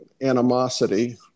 animosity